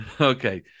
Okay